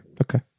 Okay